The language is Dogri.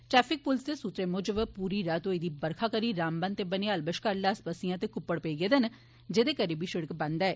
ट्रैफिक पुलस दे सूर्वे मूजब पूरी रात होई दी बरखा करी रामबन ते बनिहाल बश्कार लास पस्सियां ते क्प्पड़ पेई गेदे न जेदे करी बी शिड़क बंद होई गेई ऐ